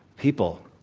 people,